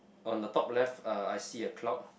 on the top left uh I see a cloud